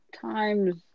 times